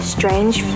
Strange